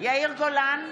יאיר גולן,